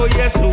yes